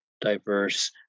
diverse